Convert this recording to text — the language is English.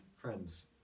friends